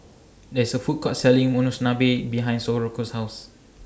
There IS A Food Court Selling Monsunabe behind Socorro's House